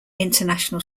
international